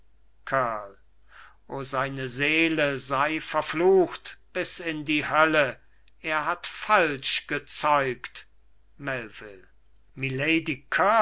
o seine seele sei verflucht bis in die hölle er hat falsch gezeugt